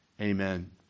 Amen